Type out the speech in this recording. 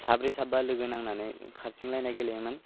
साब्रै साबा लोगो नांनानै खारथिंलायनाय गेलेयोमोन